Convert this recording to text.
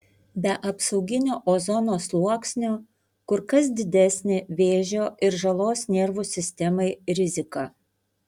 be apsauginio ozono sluoksnio kur kas didesnė vėžio ir žalos nervų sistemai rizika